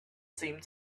seemed